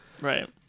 Right